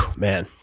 man,